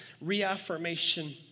reaffirmation